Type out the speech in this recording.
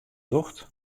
docht